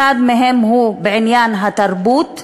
אחד מהם הוא בעניין התרבות.